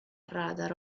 radar